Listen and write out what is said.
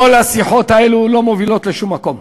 כל השיחות האלו לא מובילות לשום מקום.